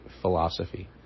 philosophy